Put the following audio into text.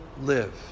live